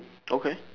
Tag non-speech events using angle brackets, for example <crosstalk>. <noise> okay